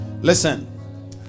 Listen